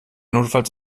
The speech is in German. notfalls